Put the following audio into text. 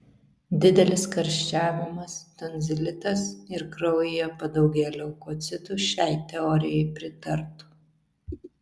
didelis karščiavimas tonzilitas ir kraujyje padaugėję leukocitų šiai teorijai pritartų